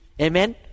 Amen